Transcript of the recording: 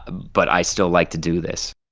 but i still like to do this.